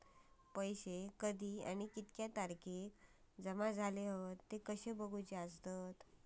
पैसो कधी आणि किती तारखेक जमा झाले हत ते कशे बगायचा?